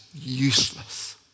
useless